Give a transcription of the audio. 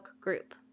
group